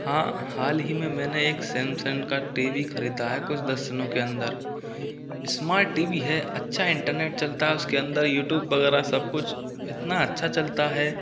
हाँ हाल ही में मैंने एक सैमसंग का टी वी खरीदा है कुछ दस दिनों के अंदर स्मार्ट टी वी है अच्छा इंटरनेट चलता है उसके अंदर यूट्यूब वगैरह सब कुछ इतना अच्छा चलता है